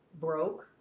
broke